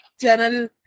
channel